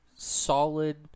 solid